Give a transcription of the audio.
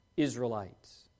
Israelites